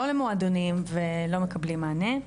שהם לא למועדונים ולא מקבלים מענה,